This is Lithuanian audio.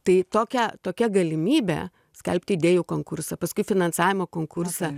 tai tokia tokia galimybė skelbti idėjų konkursą paskui finansavimo konkursą